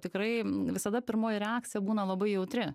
tikrai visada pirmoji reakcija būna labai jautri